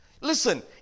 Listen